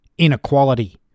Inequality